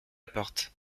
porte